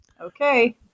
Okay